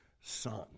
Son